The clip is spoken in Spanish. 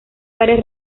varias